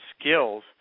skills